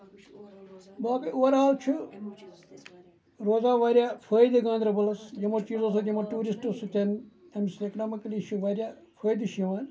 باقٕے overall چھُ روزان واریاہ فٲیدے گاندربَلَس یِمو چیٖزو سۭتۍ یِمو ٹیوٗرِسٹو سۭتۍ اَمہِ سۭتۍ اِکنامِکٔلی چھُ واریاہ فٲیدٕ چھُ یِوان